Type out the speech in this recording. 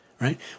right